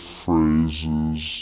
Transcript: phrases